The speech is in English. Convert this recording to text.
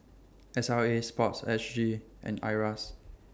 S L A Sports S G and IRAS